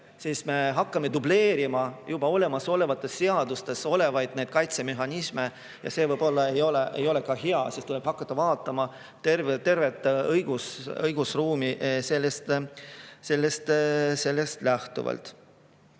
siis me hakkame juba dubleerima olemasolevates seadustes olevaid kaitsemehhanisme ja see võib-olla ei ole ka hea, siis tuleb hakata vaatama tervet õigusruumi sellest lähtuvalt.